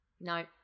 no